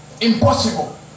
Impossible